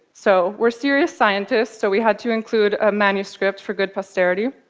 so we're serious scientists, so we had to include a manuscript for good posterity.